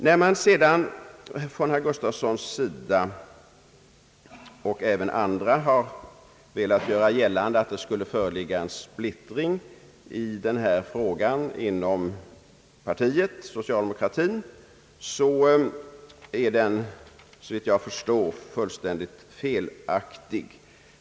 Herr Gustafsson och även andra har velat göra gällande att det skulle föreligga en splittring i denna fråga inom det socialdemokratiska partiet, men såvitt jag förstår är detta fullständigt felaktigt.